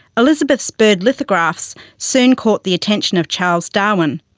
elizabeth's bird lithographs soon caught the attention of charles darwin.